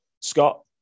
Scott